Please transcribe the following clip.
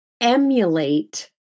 emulate